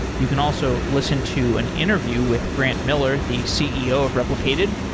you can also listen to an interview with grant miller, the ceo of replicated,